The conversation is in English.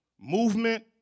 movement